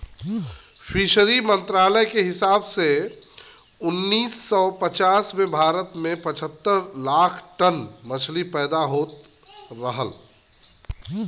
fishery मंत्रालय के हिसाब से उन्नीस सौ पचास में भारत में पचहत्तर लाख टन मछली पैदा होत रहल